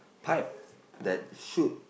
pipe that shoot